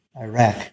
Iraq